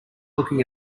looking